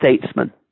statesman